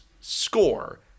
score